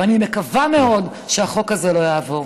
ואני מקווה מאוד שהחוק הזה לא יעבור.